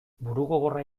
burugogorra